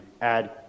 add